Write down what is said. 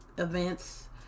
events